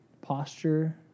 posture